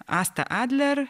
asta adler